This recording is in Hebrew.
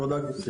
תודה, גברתי.